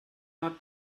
hat